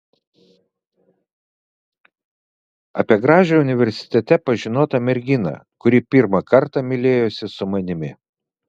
apie gražią universitete pažinotą merginą kuri pirmą kartą mylėjosi su manimi